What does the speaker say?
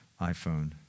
iPhone